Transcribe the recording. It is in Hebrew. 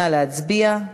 נא להצביע.